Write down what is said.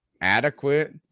adequate